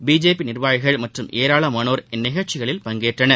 BJP நிர்வாகிகள் மற்றும் ஏராளமானோர் இந்நிகழ்ச்சிகளில் பங்கேற்றனர்